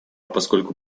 поскольку